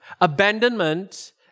abandonment